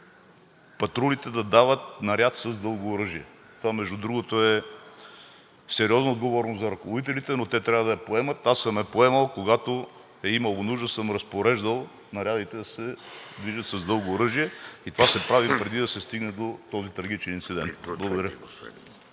патрулите да дават наряд с дълго оръжие? Това, между другото, е сериозна отговорност за ръководителите, но те трябва да я поемат. Аз съм я поемал, когато е имало нужда, съм разпореждал нарядите да се движат с дълго оръжие и това се прави преди да се стигне до този трагичен инцидент...